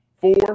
four